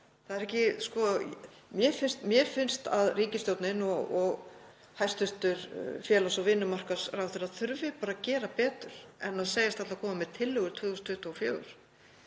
Mér finnst að ríkisstjórnin og hæstv. félags- og vinnumarkaðsráðherra þurfi bara að gera betur en að segjast ætla að koma með tillögu 2024.